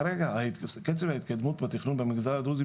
כרגע קצב ההתקדמות בתכנון במגזר הדרוזי,